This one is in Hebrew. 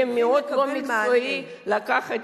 זה יהיה מאוד לא מקצועי לקחת,